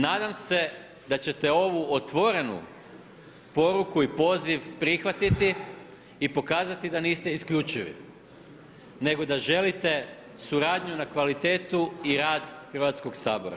Nadam se da ćete ovu otvorenu poruku i poziv prihvatiti i pokazati da niste isključivi, nego da želite suradnju na kvalitetu i rad Hrvatskog sabora.